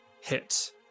hit